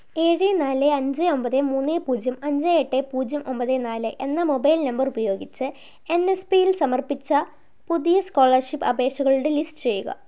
ഏഴ് നാല് അഞ്ച് ഒമ്പത് മൂന്ന് പൂജ്യം അഞ്ച് എട്ട് പൂജ്യം ഒമ്പത് നാല് എന്ന മൊബൈൽ നമ്പർ ഉപയോഗിച്ച് എൻ എസ് പിയിൽ സമർപ്പിച്ച പുതിയ സ്കോളർഷിപ്പ് അപേക്ഷകളുടെ ലിസ്റ്റ് ചെയ്യുക